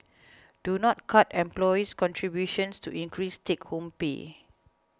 do not cut employee's contributions to increase take home pay